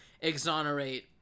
exonerate